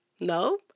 no